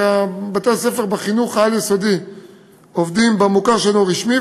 הרי בתי-הספר בחינוך העל-יסודי עובדים במוכר שלא רשמי,